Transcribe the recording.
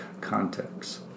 context